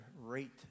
rate